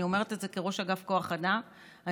אני אומרת את זה כראש אגף כוח אדם לשעבר.